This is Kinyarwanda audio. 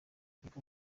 ibigo